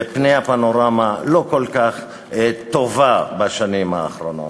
ופני, הפנורמה לא כל כך טובה בשנים האחרונות.